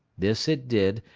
this it did,